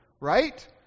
right